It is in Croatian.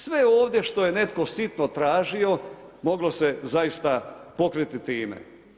Sve ovdje što je netko sitno tražio moglo se zaista pokriti time.